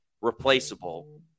replaceable